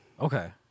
Okay